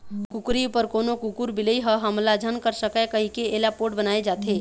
कुकरी उपर कोनो कुकुर, बिलई ह हमला झन कर सकय कहिके एला पोठ बनाए जाथे